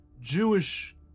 Jewish